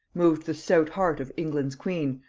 moved the stout heart of england's queen,